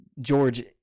George